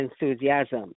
enthusiasm